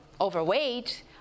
overweight